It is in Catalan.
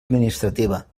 administrativa